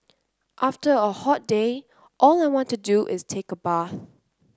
after a hot day all I want to do is take a bath